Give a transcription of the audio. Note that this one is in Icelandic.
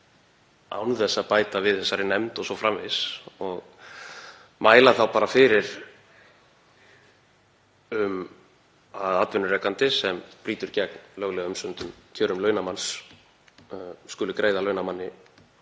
án þess að bæta við í þessari nefnd o.s.frv. og mæla þá fyrir um að atvinnurekandi sem brýtur gegn löglega umsömdum kjörum launamanns skuli greiða launamanni